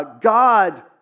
God